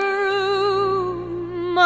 room